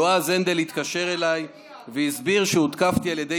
יועז הנדל התקשר אליי והסביר שהותקפתי על ידי